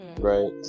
right